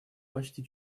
почти